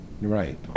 Right